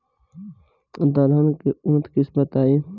दलहन के उन्नत किस्म बताई?